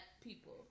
people